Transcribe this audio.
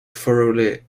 thoroughly